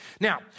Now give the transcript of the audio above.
Now